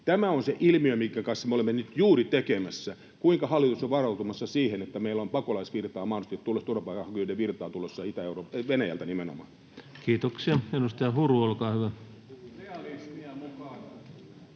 Tämä on se ilmiö, minkä kanssa me olemme nyt juuri tekemisissä. Kuinka hallitus on varautumassa siihen, että meillä on pakolaisvirtaa mahdollisesti tulossa, turvapaikanhakijoiden virtaa tulossa nimenomaan Venäjältä? [Jukka Gustafsson: